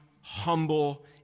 humble